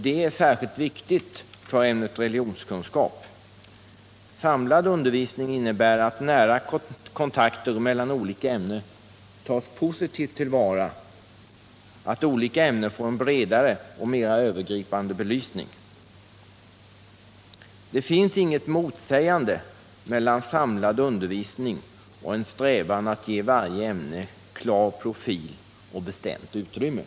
Det är särskilt viktigt för ämnet religionskunskap. För det första innebär samlad undervisning att nära kontakter mellan olika ämnen tas positivt till vara, att alla ämnen får en bredare och mera övergripande behandling. Det finns ingen motsägelse mellan samlad undervisning och att ge varje ämne en klar profil och bestämt utrymme.